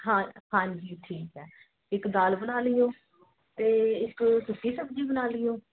ਹਾਂ ਹਾਂਜੀ ਠੀਕ ਹੈ ਇੱਕ ਦਾਲ ਬਣਾ ਲਿਓ ਅਤੇ ਇੱਕ ਸੁੱਕੀ ਸਬਜ਼ੀ ਬਣਾ ਲਿਓ